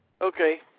Okay